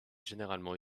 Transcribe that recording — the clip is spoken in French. généralement